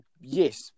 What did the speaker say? yes